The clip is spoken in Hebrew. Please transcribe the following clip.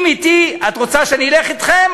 אם את רוצה שאני אלך אתכם,